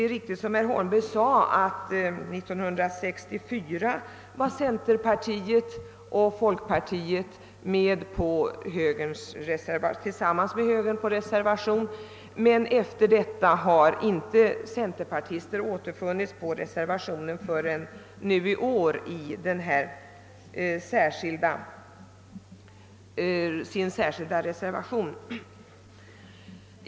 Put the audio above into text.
Som herr Holmberg framhöll stod centerpartiet och folkpartiet 1964 bakom samma reservation som högern, men därefter har inte centerpartister förrän i år reserverat sig.